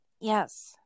Yes